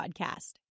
podcast